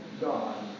God